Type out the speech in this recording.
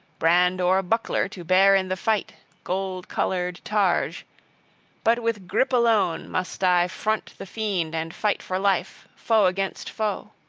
brand or buckler to bear in the fight, gold-colored targe but with gripe alone must i front the fiend and fight for life, foe against foe.